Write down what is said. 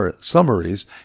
summaries